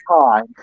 time